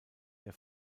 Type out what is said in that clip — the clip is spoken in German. der